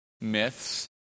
myths